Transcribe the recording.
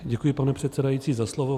Děkuji, pane předsedající, za slovo.